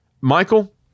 Michael